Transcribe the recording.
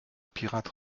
pirate